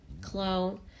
clone